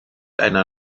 einer